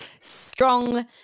strong